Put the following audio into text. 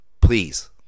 please